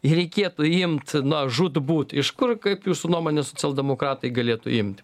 jį reikėtų imt na žūtbūt iš kur kaip jūsų nuomone socialdemokratai galėtų imt